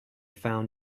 found